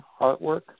artwork